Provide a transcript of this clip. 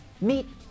Meet